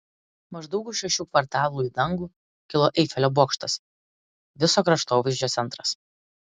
maždaug už šešių kvartalų į dangų kilo eifelio bokštas viso kraštovaizdžio centras